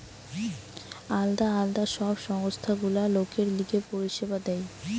আলদা আলদা সব সংস্থা গুলা লোকের লিগে পরিষেবা দেয়